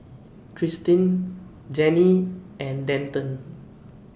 Tristin Janae and Denton